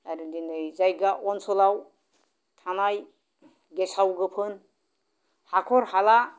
आरो दिनै जायगा ओनसोलाव थानाय गेसाव गोफोन हाखर हाला